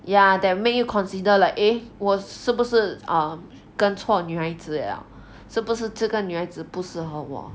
ya that made you consider like eh 我是不是 um 跟错女孩子了是不是这个女孩子不适合我